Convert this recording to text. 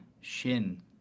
Shin